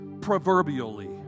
proverbially